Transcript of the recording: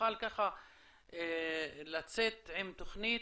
שנוכל ככה לצאת עם תוכנית,